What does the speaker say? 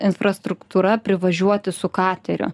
infrastruktūra privažiuoti su kateriu